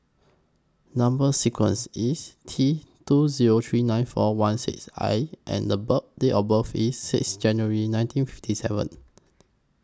Number sequence IS T two Zero three nine four one six I and Date of birth IS six January nineteen fifty seven